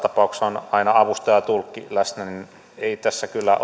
tapauksessa on aina avustaja ja tulkki läsnä niin että ei tässä kyllä